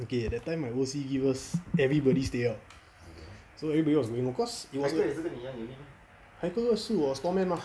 okay that time my O_C give us everybody stay out so everybody was going home cause haikal 是我 store man mah